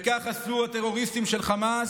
וכך עשו הטרוריסטים של חמאס,